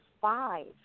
five